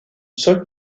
sol